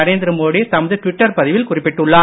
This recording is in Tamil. நரேந்திர மோடி தமது டுவிட்டர் பதிவில் குறிப்பிட்டுள்ளார்